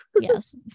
yes